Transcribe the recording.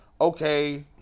okay